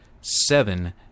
seven